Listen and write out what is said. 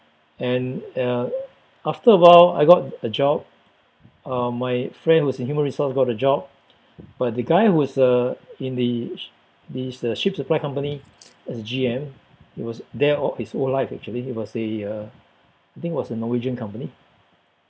and uh after a while I got a job uh my friend who was in human resource got a job but the guy who was uh in the the ship supply company as G_M he was there all his whole life actually he was a uh I think it was a norwegian company